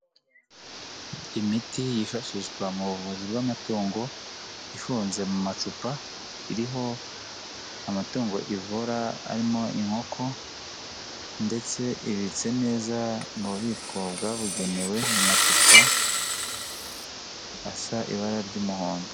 Imiti yifashishwa mu buvuzi bw'amatungo, ifunze mu macupa, iriho amatungo ivura harimo inkoko ndetse ibitse neza mu bubiko bwabugenewe, mu macupa asa ibara ry'umuhondo.